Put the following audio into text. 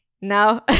No